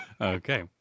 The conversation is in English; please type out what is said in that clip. Okay